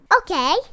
Okay